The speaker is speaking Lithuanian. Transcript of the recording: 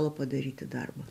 to padaryti darbą